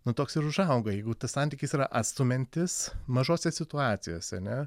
nu toks ir užauga jeigu tas santykis yra atstumiantis mažose situacijose ne